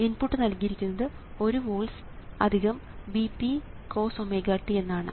input നൽകിയിരിക്കുന്നത് 1 volts Vp കോസ്⍵t എന്നാണ്